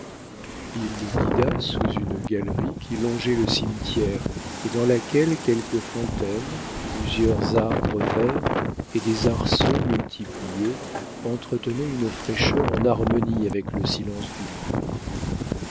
il le guida sous une galerie qui longeait le cimetière et dans laquelle quelques fontaines plusieurs arbres verts et des arceaux multipliés entretenaient une fraîcheur en harmonie avec le silence du lieu